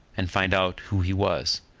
and find out who he was.